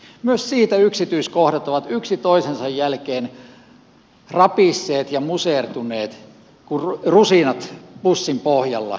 myös siitä yksityiskohdat ovat yksi toisensa jälkeen rapisseet ja musertuneet kuin rusinat pussin pohjalla kuivassa